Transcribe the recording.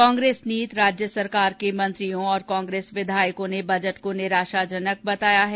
कांग्रेस नीत राज्य सरकार के मंत्रियों और कांग्रेस विधायकों ने बजट को निराशाजनक बताया है